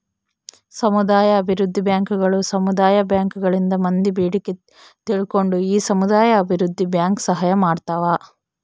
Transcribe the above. ಸಮುದಾಯ ಅಭಿವೃದ್ಧಿ ಬ್ಯಾಂಕುಗಳು ಸಮುದಾಯ ಬ್ಯಾಂಕ್ ಗಳಿಂದ ಮಂದಿ ಬೇಡಿಕೆ ತಿಳ್ಕೊಂಡು ಈ ಸಮುದಾಯ ಅಭಿವೃದ್ಧಿ ಬ್ಯಾಂಕ್ ಸಹಾಯ ಮಾಡ್ತಾವ